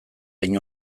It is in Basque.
hain